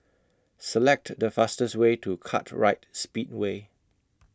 Select The fastest Way to Kartright Speedway